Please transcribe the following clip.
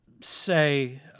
say